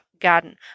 garden